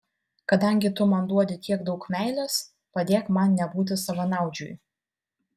kadangi tu man duodi tiek daug meilės padėk man nebūti savanaudžiui